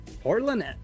Portland